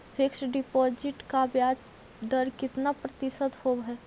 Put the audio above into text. Fix deposit का ब्याज दर कितना प्रतिशत होब है?